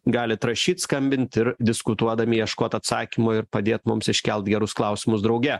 galit rašyt skambint ir diskutuodami ieškot atsakymo ir padėt mums iškelt gerus klausimus drauge